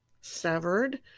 severed